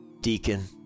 Deacon